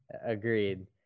Agreed